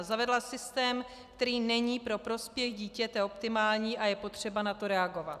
Zavedla systém, který není pro prospěch dítěte optimální, a je potřeba na to reagovat.